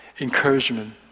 encouragement